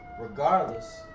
regardless